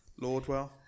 Lordwell